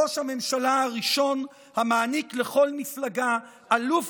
ראש הממשלה הראשון המעניק לכל מפלגה אלוף